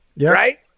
right